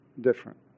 Different